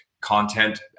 content